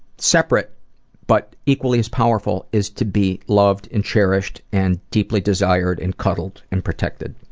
separate but equally as powerful, is to be loved and cherished and deeply desired and cuddled and protected.